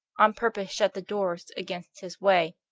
on purpose shut the doors against his way.